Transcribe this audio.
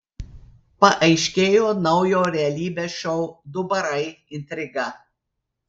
paaiškėjo naujo realybės šou du barai intriga